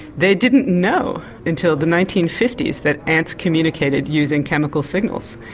they didn't know until the nineteen fifty s that ants communicated using chemical signals.